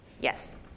Yes